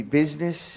business